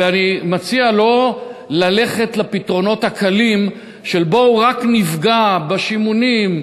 ואני מציע לא ללכת לפתרונות הקלים של: בואו רק נפגע בשימונים,